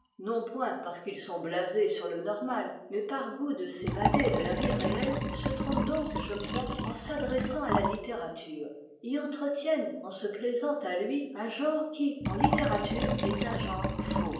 non point parce qu'ils sont blasés sur le normal mais par goût de s'évader de la vie réelle se trompent donc je crois en s'adressant à la littérature y entretiennent en se plaisant à lui un genre qui en littérature est un genre faux